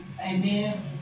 Amen